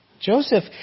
Joseph